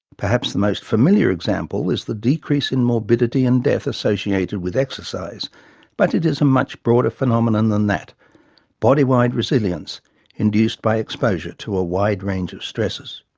perhaps the most familiar example is the decrease in morbidity and death associated with exercise but it is a much broader phenomenon than that body-wide resilience induced by exposure to a wide range of stresses.